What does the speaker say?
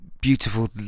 beautiful